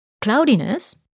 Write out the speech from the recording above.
cloudiness